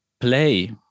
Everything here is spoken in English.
play